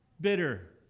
bitter